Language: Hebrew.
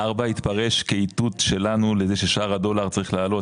ה-4 מיליון יתפרש כאיתות שלנו לשער הדולר שצריך לעלות